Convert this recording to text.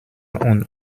und